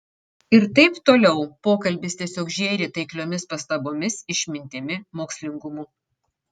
ir taip toliau pokalbis tiesiog žėri taikliomis pastabomis išmintimi mokslingumu